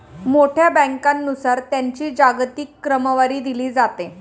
मोठ्या बँकांनुसार त्यांची जागतिक क्रमवारी दिली जाते